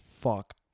fuck